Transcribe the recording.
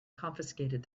confiscated